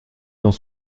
dans